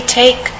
take